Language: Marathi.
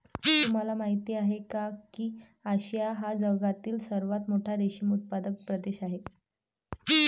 तुम्हाला माहिती आहे का की आशिया हा जगातील सर्वात मोठा रेशीम उत्पादक प्रदेश आहे